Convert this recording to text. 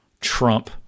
Trump